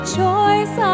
choice